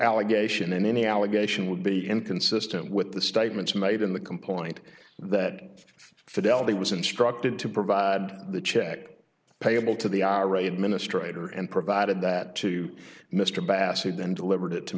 allegation in any allegation would be inconsistent with the statements made in the complaint that fidelity was instructed to provide the check payable to the ira and ministre her and provided that to mr bassett then delivered it to